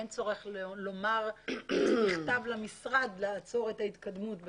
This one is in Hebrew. אין צורך לומר שזה נכתב למשרד לעצור את ההתקדמות בדברים.